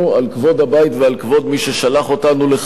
על כבוד הבית הזה ועל כבוד מי ששלח אותנו לכאן.